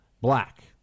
black